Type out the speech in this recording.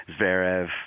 Zverev